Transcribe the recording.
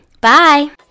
Bye